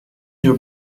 your